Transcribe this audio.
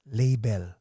label